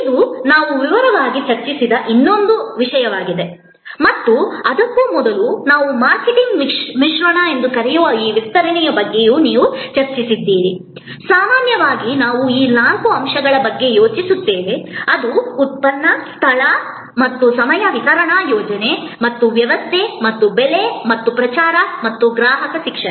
ಇದು ನಾವು ವಿವರವಾಗಿ ಚರ್ಚಿಸಿದ ಇನ್ನೊಂದು ಅಂಶವಾಗಿದೆ ಮತ್ತು ಅದಕ್ಕೂ ಮೊದಲು ನಾವು ಮಾರ್ಕೆಟಿಂಗ್ ಮಿಶ್ರಣ ಎಂದು ಕರೆಯುವ ಈ ವಿಸ್ತರಣೆಯ ಬಗ್ಗೆಯೂ ನೀವು ಚರ್ಚಿಸಿದ್ದೀರಿ ಸಾಮಾನ್ಯವಾಗಿ ನಾವು ಈ ನಾಲ್ಕು ಅಂಶಗಳ ಬಗ್ಗೆ ಯೋಚಿಸುತ್ತೇವೆ ಅದು ಉತ್ಪನ್ನ ಸ್ಥಳ ಮತ್ತು ಸಮಯ ವಿತರಣಾ ಯೋಜನೆ ಮತ್ತು ವ್ಯವಸ್ಥೆ ಮತ್ತು ಬೆಲೆ ಮತ್ತು ಪ್ರಚಾರ ಮತ್ತು ಗ್ರಾಹಕ ಶಿಕ್ಷಣ